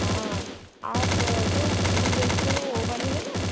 हाँ आप जो फूल बेचते हो वह वाले है न